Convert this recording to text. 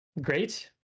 great